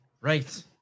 Right